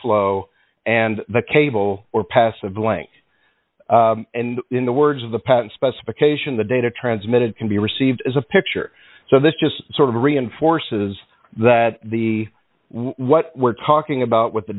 flow and the cable or passive blank and in the words of the patent specification the data transmitted can be received as a picture so this just sort of reinforces that the what we're talking about with the